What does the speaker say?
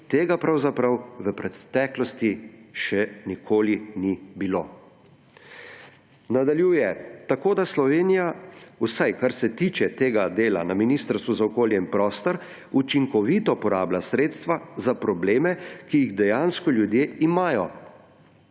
tega pravzaprav v preteklosti še nikoli ni bilo.« Nadaljuje: »Tako, da Slovenija, vsaj kar se tiče tega dela na Ministrstvu za okolje in prostor, učinkovito porablja sredstva za probleme, ki jih dejansko ljudje imajo.